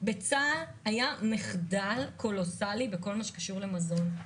בצה"ל היה מחדל קולוסאלי בכל מה שקשור למזון.